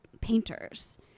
painters